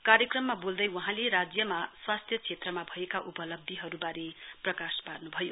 कार्यक्रममा वोल्दै वहाँले राज्यमा स्वास्थ्य क्षेत्रमा भएका उपलब्धीहरुवारे प्रकाश पार्न्भयो